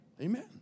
Amen